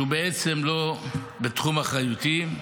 שהוא בעצם לא בתחום אחריותי,